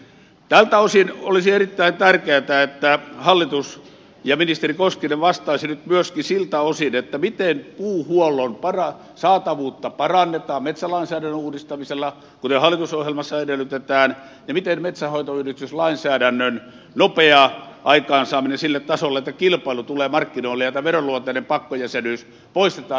tältä osin olisi erittäin tärkeätä että hallitus ja ministeri koskinen vastaisivat nyt myöskin siltä osin miten puuhuollon saatavuutta parannetaan metsälainsäädännön uudistamisella kuten hallitusohjelmassa edellytetään ja miten toteutetaan metsänhoitoyhdistyslainsäädännön nopea aikaansaaminen sille tasolle että kilpailu tulee markkinoille ja tämä veroluonteinen pakkojäsenyys poistetaan